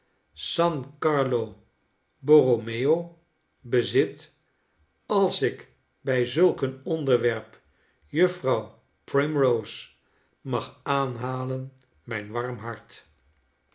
san carlo borromeo bezit als ik bij zulk een onderwerp juffrouw primrose mag aanhalen mijn warm hart